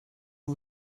who